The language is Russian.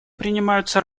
принимаются